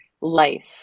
life